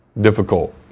Difficult